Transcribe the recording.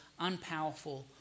unpowerful